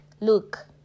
look